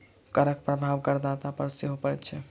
करक प्रभाव करदाता पर सेहो पड़ैत छै